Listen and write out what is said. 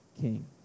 king